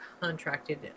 contracted